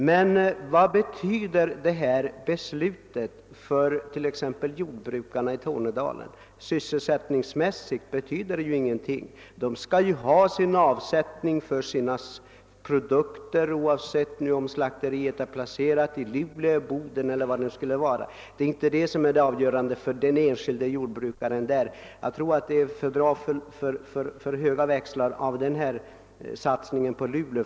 Men vad betyder detta beslut för t.ex. jordbrukarna i Tornedalen? Från sysselsättningssynpunkt betyder det ingenting. De skall ha avsättning för sina produkter oavsett om slakteriet är placerat i Luleå, Boden eler var det nu skulle vara. Det är inte placeringen som är avgörande för den enskilde jordbrukaren. Att påstå något sådant är att dra för höga växlar av satsningen på Luleå.